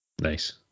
Nice